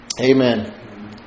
Amen